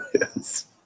Yes